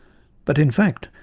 but in fact,